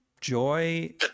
joy